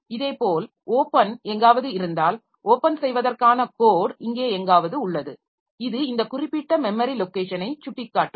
இதேபோல் ஓப்பன் எங்காவது இருந்தால் ஓப்பன் செய்வதற்கான கோட் இங்கே எங்காவது உள்ளது இது இந்த குறிப்பிட்ட மெமரி லொக்கேஷனை சுட்டிக்காட்டும்